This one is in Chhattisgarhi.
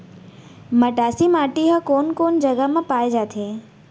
मटासी माटी हा कोन कोन जगह मा पाये जाथे?